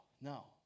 no